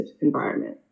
environment